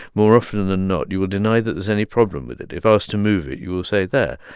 more often than not you will deny that there's any problem with it. if asked to move it, you will say there,